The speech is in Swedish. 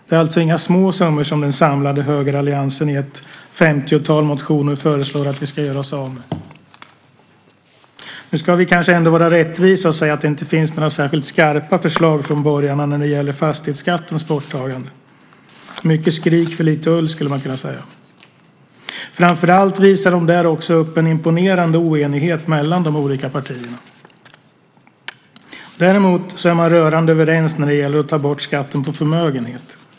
Det är alltså inga små summor som den samlade högeralliansen i ett femtiotal motioner föreslår att vi ska göra oss av med. Nu ska vi kanske ändå vara rättvisa och säga att det inte finns några särskilt skarpa förslag från borgarna när det gäller fastighetsskattens borttagande. Mycket skrik för lite ull, skulle man kunna säga. Framför allt visar de upp en imponerande oenighet mellan de olika partierna. Däremot är man rörande överens om att ta bort skatten på förmögenhet.